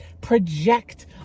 project